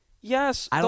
Yes